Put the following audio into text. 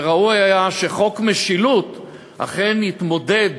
וראוי היה שחוק משילות אכן יתמודד